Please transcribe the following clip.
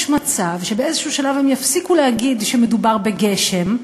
יש מצב שבאיזשהו שלב הם יפסיקו להגיד שמדובר בגשם,